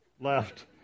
left